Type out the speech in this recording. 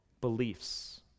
Beliefs